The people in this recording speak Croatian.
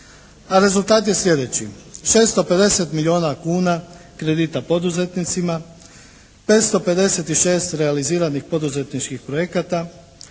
A rezultat je sljedeći, 650 milijuna kuna kredita poduzetnicima, 556 realiziranih poduzetničkih projekata,